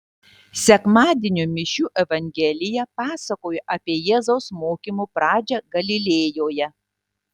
sekmadienio mišių evangelija pasakojo apie jėzaus mokymo pradžią galilėjoje